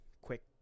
quick